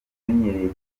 umenyereye